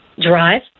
drive